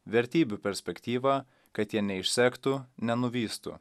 vertybių perspektyvą kad jie neišsektų nenuvystų